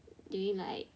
during like